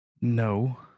No